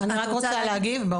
רוצה להגיב?